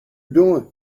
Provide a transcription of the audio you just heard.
doing